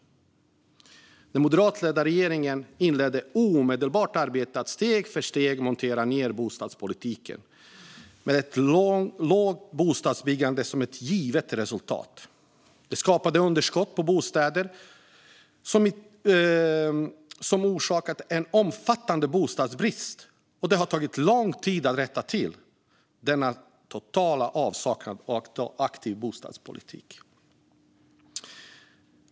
Den moderatledda regeringen inledde omedelbart arbetet med att steg för steg montera ned bostadspolitiken, med lågt bostadsbyggande som givet resultat. Det skapade underskott på bostäder och har orsakat omfattande bostadsbrist. Det har tagit lång tid att rätta till denna totala avsaknad av aktiv bostadspolitik.